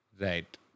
Right